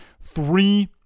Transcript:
three